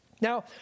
Now